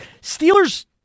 Steelers